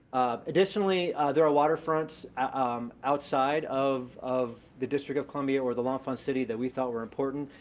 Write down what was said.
additionally, there are waterfronts um outside of of the district of columbia or the l'enfant city that we thought were important.